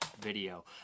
Video